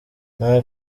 nta